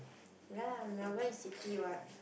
ya lah normal it's city what